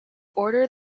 ordered